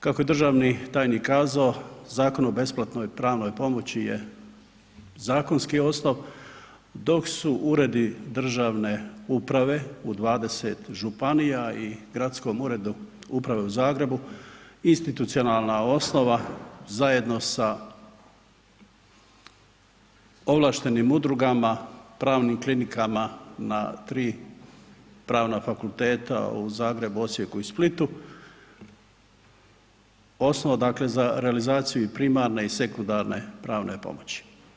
Kako je državni tajnik kazao, Zakon o besplatnoj pravnoj pomoći je zakonski osnov, dok su uredi državne uprave u 20 županija i gradskom uredu uprave u Zagrebu institucionalna osnova zajedno sa ovlaštenim udrugama, pravnim klinikama na tri Pravna fakulteta u Zagrebu, Osijeku i Splitu, osnova dakle za realizaciju primarne i sekundarne pravne pomoći.